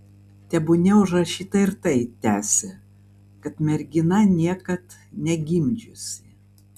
tebūnie užrašyta ir tai tęsė kad mergina niekad negimdžiusi